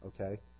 okay